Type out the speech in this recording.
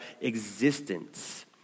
existence